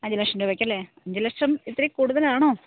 അഞ്ച് ലക്ഷം രൂപയ്ക്കല്ലേ അഞ്ച് ലക്ഷം ഇത്തിരി കൂടുതലാണോ